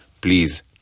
Please